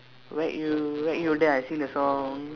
whack you whack you then I sing the song